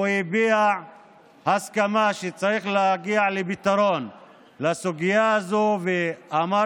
והוא הביע הסכמה שצריך להגיע לפתרון בסוגיה הזו ואמר